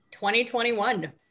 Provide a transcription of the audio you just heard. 2021